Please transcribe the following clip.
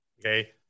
Okay